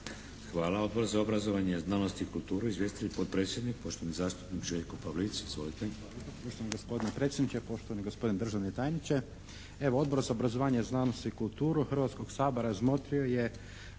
Odbor za obrazovanje, znanost i kulturu. Izvjestitelj je potpredsjednik, poštovani zastupnik Željko Pavlic.